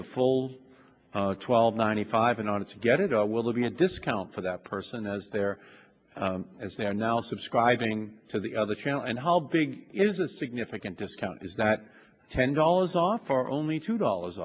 the full twelve ninety five in order to get it will be a discount for that person as they're as they're now subscribing to the other channel and how big is a significant discount is that ten dollars off for only two dollars